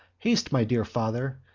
haste, my dear father,